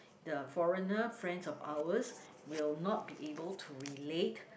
the foreigner friends of ours will not be able to relate